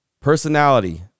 Personality